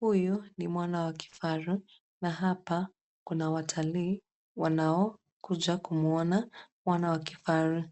Huyu ni mwana wa kifaru na hapa kuna watalii wanaokuja kumwona mwana wa kifaru